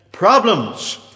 Problems